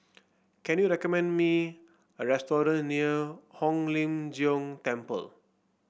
can you recommend me a restaurant near Hong Lim Jiong Temple